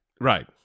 Right